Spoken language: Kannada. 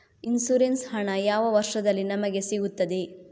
ಇನ್ಸೂರೆನ್ಸ್ ಹಣ ಯಾವ ವರ್ಷದಲ್ಲಿ ನಮಗೆ ಸಿಗುತ್ತದೆ?